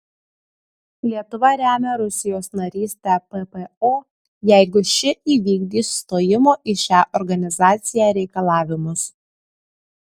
lietuva remia rusijos narystę ppo jeigu ši įvykdys stojimo į šią organizaciją reikalavimus